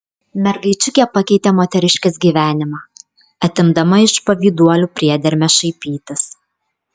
mergaičiukė pakeitė moteriškės gyvenimą atimdama iš pavyduolių priedermę šaipytis